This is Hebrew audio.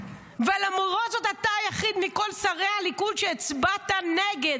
ולמרות זאת אתה היחיד מכל שרי הליכוד שהצביע נגד,